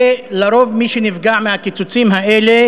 לרוב, מי שנפגע מהקיצוצים האלה